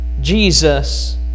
Jesus